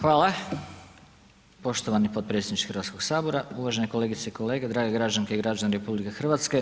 Hvala poštovani potpredsjedniče Hrvatskog sabora, uvažene kolegice i kolege, drage građanske i građani RH.